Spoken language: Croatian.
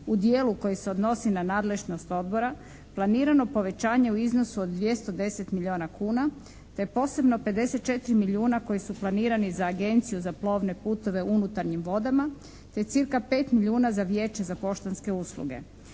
u dijelu koji se odnosi na nadležnost odbora planirano povećanje u iznosu od 210 milijuna kuna te posebno 54 milijuna koji su planirani za Agenciju za plovne putove u unutarnjim vodama, te cirka 5 milijuna za Vijeće za poštanske usluge.